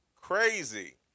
Crazy